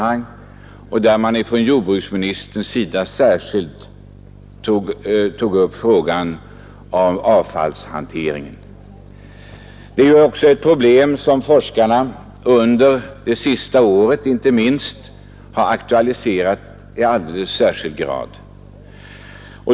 Jordbruksministern tog särskilt upp frågan om avfallshanteringen. Detta är ett problem som forskarna inte minst under det senaste året har aktualiserat i alldeles särskild grad.